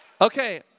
Okay